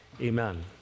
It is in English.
Amen